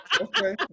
Okay